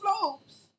slopes